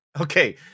Okay